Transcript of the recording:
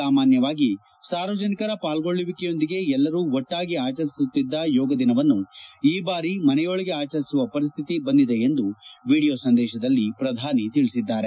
ಸಾಮಾನ್ಯವಾಗಿ ಸಾರ್ವಜನಿಕರ ಪಾಲ್ಗೊಳ್ಳುವಿಕೆಯೊಂದಿಗೆ ಎಲ್ಲರೂ ಒಟ್ಡಾಗಿ ಆಚರಿಸಲಾಗುತ್ತಿದ್ದ ಯೋಗದಿನವನ್ನು ಈ ಬಾರಿ ಮನೆಯೊಳಗೆ ಆಚರಿಸುವ ಪರಿಸ್ತಿತಿ ಬಂದಿದೆ ಎಂದು ವಿಡಿಯೋ ಸಂದೇಶದಲ್ಲಿ ಪ್ರಧಾನಿ ತಿಳಿಸಿದ್ದಾರೆ